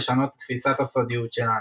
"לשנות את תפישת הסודיות שלנו".